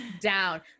down